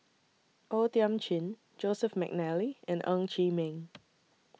O Thiam Chin Joseph Mcnally and Ng Chee Meng